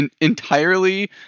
entirely